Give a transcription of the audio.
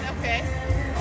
Okay